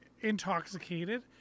intoxicated